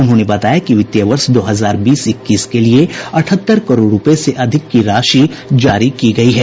उन्होंने बताया कि वित्तीय वर्ष दो हजार बीस इक्कीस के लिए अठहत्तर करोड़ रूपये से अधिक की राशि जारी की गयी है